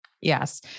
Yes